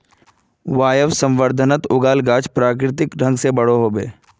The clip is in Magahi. वायवसंवर्धनत उगाल गाछ प्राकृतिक ढंग से बोरो ह बे